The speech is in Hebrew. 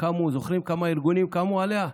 וזוכרים כמה ארגונים קמו עליה?